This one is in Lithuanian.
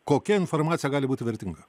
kokia informacija gali būti vertinga